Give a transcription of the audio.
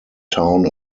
town